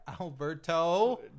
Alberto